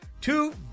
two